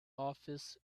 office